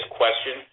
question